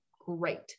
great